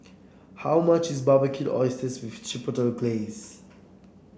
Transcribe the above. how much is Barbecued Oysters with Chipotle Glaze